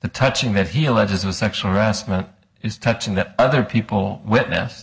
the touching that he alleges was sexual harassment is touching that other people witness